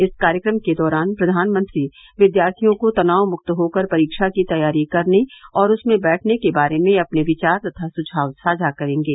इस कार्यक्रम के दौरान प्रधानमंत्री विद्यार्थियों को तनाव मुक्त होकर परीक्षा की तैयारी करने और उसमें बैठने के बारे में अपने विचार तथा सुझाव साझा करेंगे